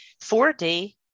4D